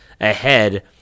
ahead